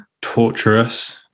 torturous